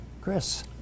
Chris